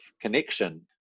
connection